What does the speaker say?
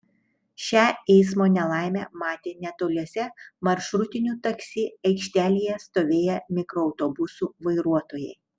šią eismo nelaimę matė netoliese maršrutinių taksi aikštelėje stovėję mikroautobusų vairuotojai